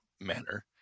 manner